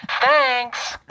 Thanks